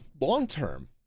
long-term